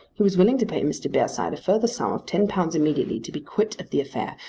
he was willing to pay mr. bearside a further sum of ten pounds immediately to be quit of the affair,